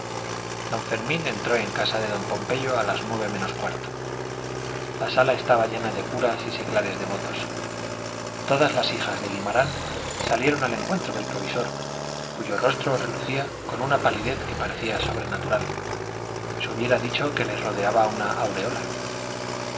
don fermín entró en casa de don pompeyo a las nueve menos cuarto la sala estaba llena de curas y seglares devotos todas las hijas de guimarán salieron al encuentro del provisor cuyo rostro relucía con una palidez que parecía sobrenatural se hubiera dicho que le rodeaba una aureola